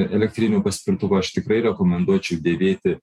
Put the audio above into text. elektriniu paspirtuku aš tikrai rekomenduočiau dėvėti